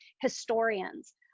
historians